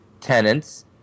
tenants